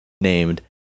named